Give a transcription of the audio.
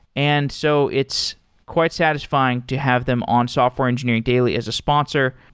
and so it's quite satisfying to have them on software engineering daily as a sponsor.